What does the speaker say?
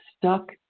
stuck